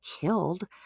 killed